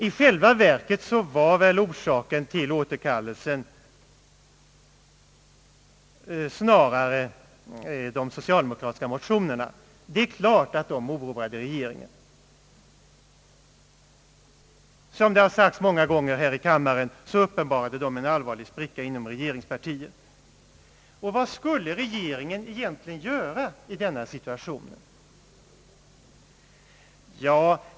I själva verket var väl orsaken till återkallelsen snarare de socialdemokratiska motionerna. Det är klart att de oroade regeringen. Som det har sagts många gånger här i kammaren uppenbarade de en allvarlig spricka inom regeringspartiet. Vad skulle regeringen egentligen göra i denna situation?